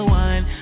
one